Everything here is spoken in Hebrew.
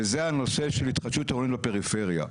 וזה הנושא של התחדשות עירונית בפריפריה.